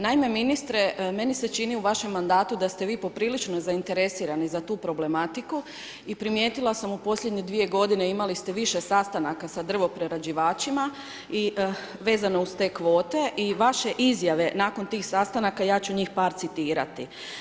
Naime, ministre, meni se čini, u vašem mandatu da ste vi poprilično zainteresirani za tu problematiku i primijetila sam u posljednje dvije godine, imali ste više sastanaka sa drvoprerađivačima vezano uz te kvote i vaše izjave nakon tih sastanaka ja ću njih par citirati.